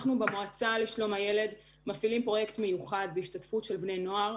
אנחנו במועצה לשלום הילד מפעילים פרויקט מיוחד בהשתתפות של בני נוער.